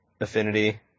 affinity